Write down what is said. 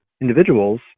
individuals